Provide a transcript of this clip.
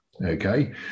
Okay